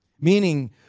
Meaning